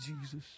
Jesus